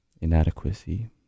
inadequacy